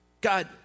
God